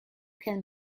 can